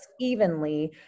evenly